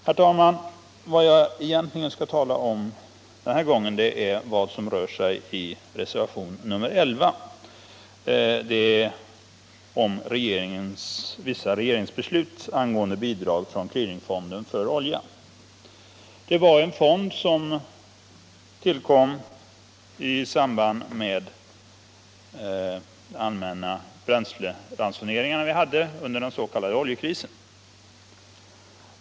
Det som jag egentligen nu skall tala om är emellertid vad som behandlas i reservationen 11, alltså frågan om vissa regeringsbeslut angående bidrag från clearingfonden för olja. Det är en fond som tillkom i samband med de bränsleransoneringar vi hade under den s.k. oljekrisen.